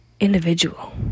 individual